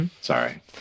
sorry